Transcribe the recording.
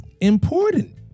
important